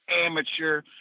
amateur